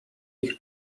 ich